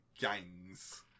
gangs